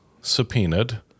subpoenaed